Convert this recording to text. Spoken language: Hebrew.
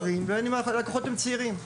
המבוגרים והצעירים.